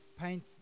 paint